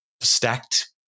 stacked